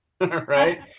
Right